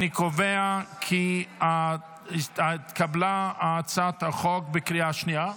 אני קובע כי הצעת החוק התקבלה בקריאה שנייה,